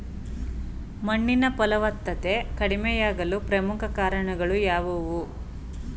ಮಣ್ಣಿನ ಫಲವತ್ತತೆ ಕಡಿಮೆಯಾಗಲು ಪ್ರಮುಖ ಕಾರಣಗಳು ಯಾವುವು?